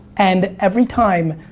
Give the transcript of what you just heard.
and, every time,